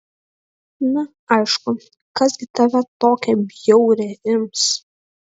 na aišku kas gi tave tokią bjaurią ims